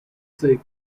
shake